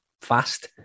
fast